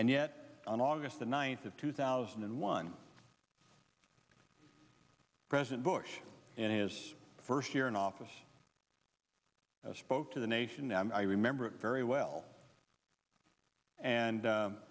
and yet on august the ninth of two thousand and one president bush in his first year in office spoke to the nation and i remember it very well and